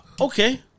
Okay